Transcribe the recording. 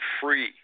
free